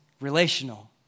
relational